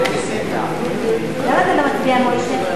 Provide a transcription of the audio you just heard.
למה את מפריעה?